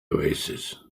oasis